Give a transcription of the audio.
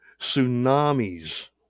tsunamis